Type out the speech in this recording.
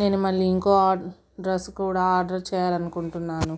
నేను మళ్ళీ ఇంకో డ్రెస్ కూడా ఆర్డర్ చెయ్యాలని అనుకుంటున్నాను